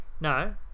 No